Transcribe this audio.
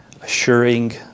assuring